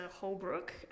Holbrook